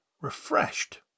refreshed